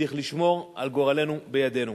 צריך לשמור על גורלנו בידינו.